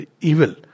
evil